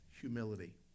humility